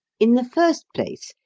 in the first place,